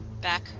back